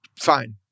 fine